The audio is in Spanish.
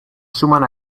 suman